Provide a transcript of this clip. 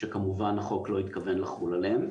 שכמובן החוק לא התכוון לחול עליהם.